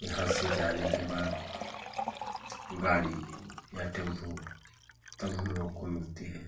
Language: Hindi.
यहाँ से जाने के बाद गाड़ी या टेम्पू तब हम लोग को मिलती है